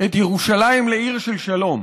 את ירושלים לעיר של שלום,